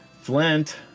Flint